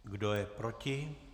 Kdo je proti?